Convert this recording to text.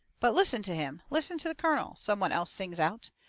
but, listen to him listen to the colonel! some one else sings out.